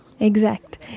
Exact